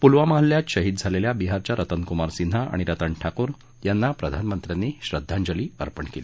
पुलवामा हल्ल्यात शहीद झालेल्या बिहारच्या रतन कुमार सिन्हा आणि रतन ठाकूर यांना प्रधानमंत्र्यांनी श्रद्धांजली अर्पण केली